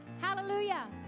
Hallelujah